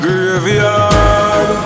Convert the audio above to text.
Graveyard